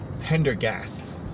Pendergast